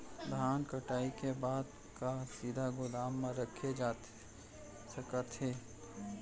धान कटाई के बाद का सीधे गोदाम मा रखे जाथे सकत हे?